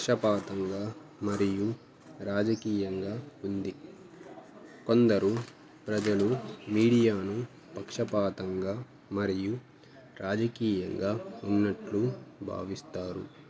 పక్షపాతంగా మరియు రాజకీయంగా ఉంది కొందరు ప్రజలు మీడియాను పక్షపాతంగా మరియు రాజకీయంగా ఉన్నట్లు భావిస్తారు